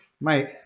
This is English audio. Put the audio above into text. mate